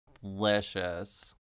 delicious